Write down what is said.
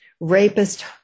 Rapist